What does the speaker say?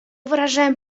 выражаем